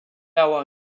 avoir